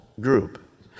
group